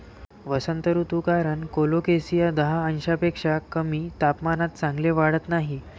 वसंत ऋतू कारण कोलोकेसिया दहा अंशांपेक्षा कमी तापमानात चांगले वाढत नाही